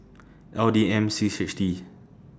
L D M six H T